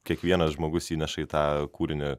kiekvienas žmogus įneša į tą kūrinį